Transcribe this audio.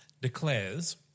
declares